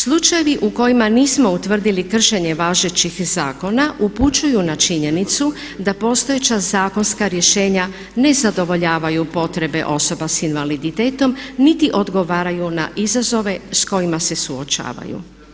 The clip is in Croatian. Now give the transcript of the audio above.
Slučajevi u kojima nismo utvrdili kršenje važećih zakona upućuju na činjenicu da postojeća zakonska rješenja ne zadovoljavaju potrebe osoba sa invaliditetom niti odgovaraju na izazove s kojima se suočavaju.